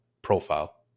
profile